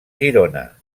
girona